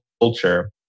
culture